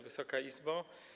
Wysoka Izbo!